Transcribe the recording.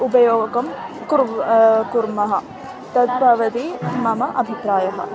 उपयोगं कुर्व् कुर्मः तत् भवति मम अभिप्रायः